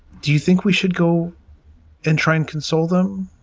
do you think we should go and try and console them?